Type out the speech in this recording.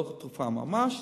לא תרופה ממש,